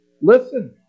listen